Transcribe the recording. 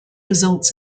results